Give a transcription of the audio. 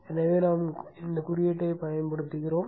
எனவே நாம் குறியீட்டை பயன்படுத்துகிறோம்